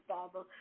Father